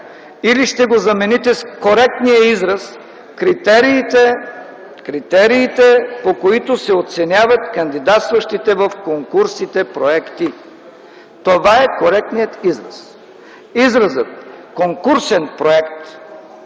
или ще го замените с коректния израз „критериите, по които се оценяват кандидатстващите в конкурсите проекти”. Това е коректният израз. Изразът „конкурсен проект”,